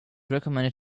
recommended